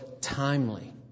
timely